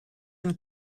and